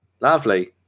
lovely